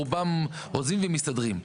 רובם עוזבים ומסתדרים.